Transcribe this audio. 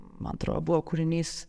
man atrodo buvo kūrinys